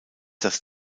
das